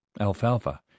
alfalfa